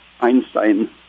Einstein